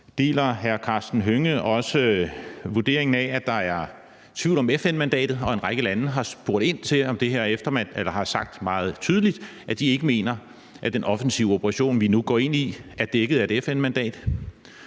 Deler hr. Karsten Hønge også vurderingen af, at der er tvivl om FN-mandatet, og at en række lande har sagt meget tydeligt, at de ikke mener, at den offensive operation, vi nu går ind i, er dækket af et FN-mandat?